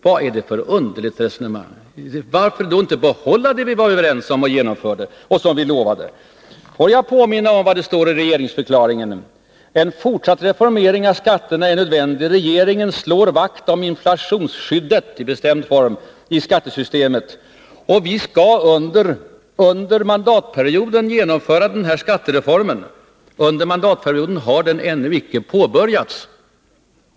Vad är det för underligt resonemang? Varför då inte behålla det som vi var överens om och genomförde och som vi lovade? Får jag påminna om vad det står i regeringsförklaringen, nämligen att en fortsatt reformering av skatterna är nödvändig och att regeringen slår vakt om inflationsskyddet — i bestämd form — i skattesystemet. Vi skall under mandatperioden genomföra den här skattereformen, stod det. Under mandatperioden har den ännu icke påbörjats.